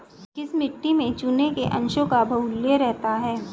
किस मिट्टी में चूने के अंशों का बाहुल्य रहता है?